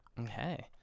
Okay